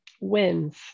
wins